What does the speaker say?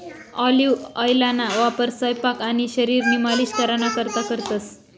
olive ऑइलना वापर सयपाक आणि शरीरनी मालिश कराना करता करतंस